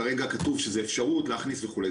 כרגע כתוב שזו אפשרות להכניס וכולי,